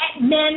Men